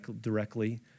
directly